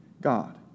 God